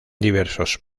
diversos